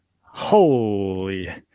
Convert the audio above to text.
Holy